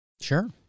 Sure